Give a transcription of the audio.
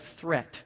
threat